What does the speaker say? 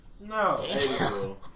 No